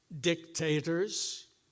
dictators